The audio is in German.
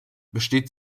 besteht